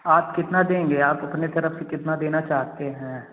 आप कितना देंगे आप अपनी तरफ से कितना देना चाहते हैं